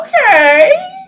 Okay